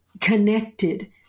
connected